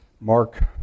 Mark